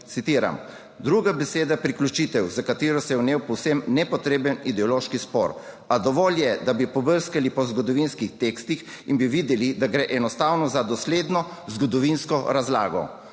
Citiram: »Druga beseda priključitev, za katero se je vnel povsem nepotreben ideološki spor, a dovolj je, da bi pobrskali po zgodovinskih tekstih in bi videli, da gre enostavno za dosledno zgodovinsko razlago.